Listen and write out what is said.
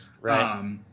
right